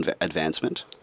advancement